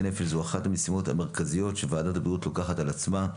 נפש היא אחת המשימות המרכזיות שוועדת הבריאות לוקחת על עצמה.